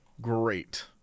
great